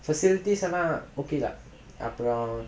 facilities ஆனா:aanaa okay lah அப்பறம்:apparam